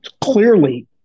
clearly